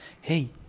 hey